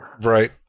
Right